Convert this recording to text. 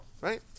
Right